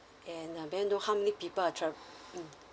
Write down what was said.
and um may I know how many people are tra~ mm